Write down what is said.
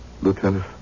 Lieutenant